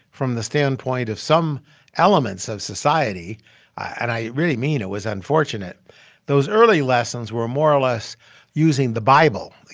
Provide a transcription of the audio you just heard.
from the standpoint of some elements of society and i really mean it was unfortunate those early lessons were more or less using the bible,